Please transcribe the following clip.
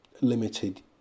limited